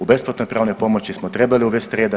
U besplatnoj pravnoj pomoći smo trebali uvesti resa.